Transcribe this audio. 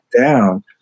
down